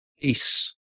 Peace